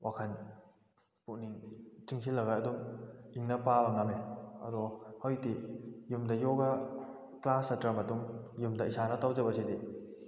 ꯋꯥꯈꯜ ꯄꯨꯛꯅꯤꯡ ꯆꯤꯡꯁꯤꯜꯂꯒ ꯑꯗꯨꯝ ꯏꯪꯅ ꯄꯥꯕ ꯉꯝꯃꯦ ꯑꯗꯣ ꯍꯧꯖꯤꯛꯇꯤ ꯌꯨꯝꯗ ꯌꯣꯒ ꯀ꯭ꯂꯥꯁ ꯆꯠꯇ꯭ꯔ ꯃꯇꯨꯡ ꯌꯨꯝꯗ ꯏꯁꯥꯅ ꯇꯧꯖꯕꯁꯤꯗꯤ